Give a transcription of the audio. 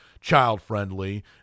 child-friendly